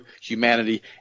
humanity